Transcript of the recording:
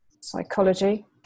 psychology